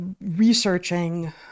researching